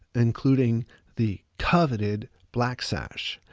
including the coveted black sash.